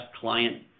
client